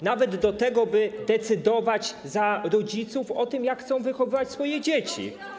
Nawet do tego, by decydować za rodziców o tym, jak chcą wychowywać swoje dzieci.